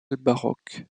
baroque